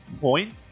point